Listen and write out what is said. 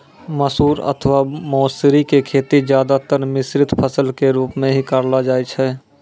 मसूर अथवा मौसरी के खेती ज्यादातर मिश्रित फसल के रूप मॅ हीं करलो जाय छै